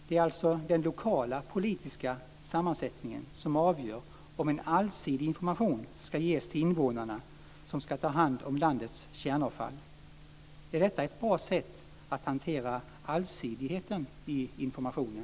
Det är alltså den lokala politiska sammansättningen som avgör om en allsidig information ska ges till invånarna som ska ta hand om landets kärnavfall. Är detta ett bra sätt att hantera allsidigheten i informationen?